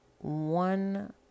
one